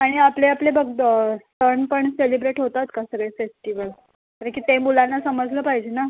आणि आपले आपले बघ द सण पण सेलिब्रेट होतात का सगळे फेस्टिवल कारण की ते मुलांना समजलं पाहिजे ना